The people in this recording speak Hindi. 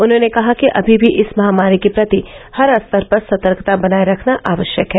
उन्होंने कहा है कि अभी भी इस महामारी के प्रति हर स्तर पर सतर्कता बनाये रखना आवश्यक है